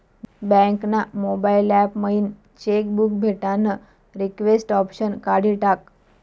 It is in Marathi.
बँक ना मोबाईल ॲप मयीन चेक बुक भेटानं रिक्वेस्ट ऑप्शन काढी टाकं